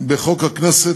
בחוק הכנסת,